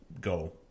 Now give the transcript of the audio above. go